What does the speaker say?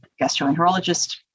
gastroenterologist